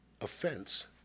offense